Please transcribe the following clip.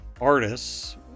artists